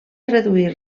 reduir